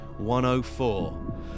104